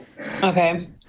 Okay